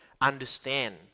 understand